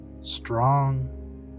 strong